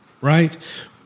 Right